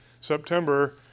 September